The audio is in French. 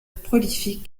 prolifique